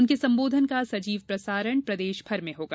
उनके संबोधन का सजीव प्रसारण प्रदेश भर में होगा